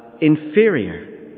inferior